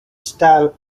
style